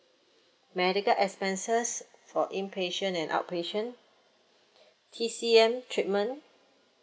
medical expenses for inpatient and outpatient T_C_M treatment